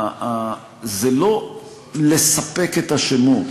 זה לא לספק את השמות.